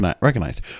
recognized